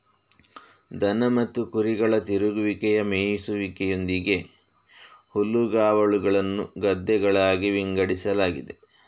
ದನ ಮತ್ತು ಕುರಿಗಳ ತಿರುಗುವಿಕೆಯ ಮೇಯಿಸುವಿಕೆಯೊಂದಿಗೆ ಹುಲ್ಲುಗಾವಲುಗಳನ್ನು ಗದ್ದೆಗಳಾಗಿ ವಿಂಗಡಿಸಲಾಗಿದೆ